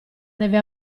deve